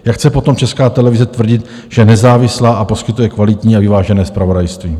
Jak chce potom Česká televize tvrdit, že je nezávislá a poskytuje kvalitní a vyvážené zpravodajství?